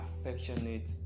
affectionate